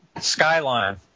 Skyline